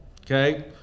okay